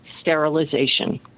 sterilization